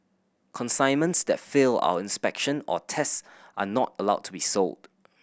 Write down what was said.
consignments that fail our inspection or tests are not allowed to be sold